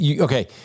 okay